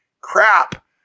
Crap